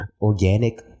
organic